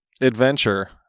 adventure